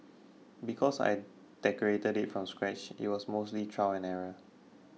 because I decorated it from scratch it was mostly trial and error